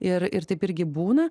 ir ir taip irgi būna